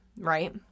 right